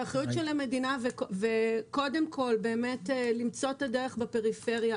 והאחריות של המדינה קודם כול למצוא את הדרך בפריפריה,